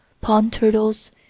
pond-turtles